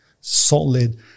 solid